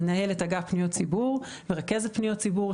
מנהלת אגף פניות ציבור ורכזת פניות ציבור,